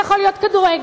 זה יכול להיות כדורגל,